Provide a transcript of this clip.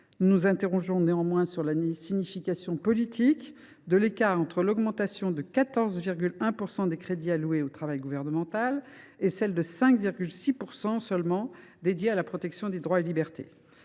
Nous nous interrogeons néanmoins sur la signification politique de l’écart entre l’augmentation de 14,1 % des crédits alloués au travail gouvernemental et celle de 5,6 % de ceux qui sont dédiés à la protection des droits et libertés.